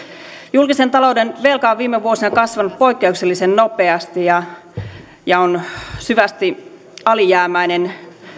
julkisen talouden velka on viime vuosina kasvanut poikkeuksellisen nopeasti ja ja on syvästi alijäämäinen